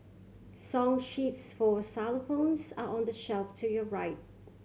song sheets for xylophones are on the shelf to your right